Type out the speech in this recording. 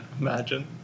Imagine